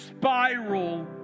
spiral